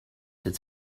het